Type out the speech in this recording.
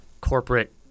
corporate